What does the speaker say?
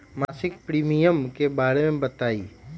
मासिक प्रीमियम के बारे मे बताई?